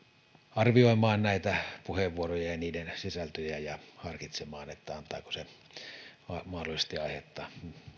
arvioimaan näitä puheenvuoroja ja ja niiden sisältöjä ja harkitsemaan antavatko ne mahdollisesti aihetta